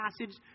passage